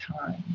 time